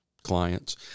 clients